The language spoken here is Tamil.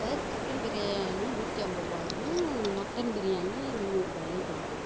இப்போ சிக்கன் பிரியாணி நூற்றி ஐம்பதுருவாயும் மட்டன் பிரியாணி முந்நூறுபாயிலையும் போகுது